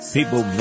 People